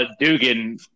Dugan